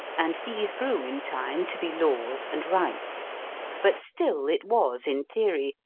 and these grew, in time, to be laws and rights but still it was, in theory,